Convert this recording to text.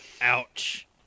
Ouch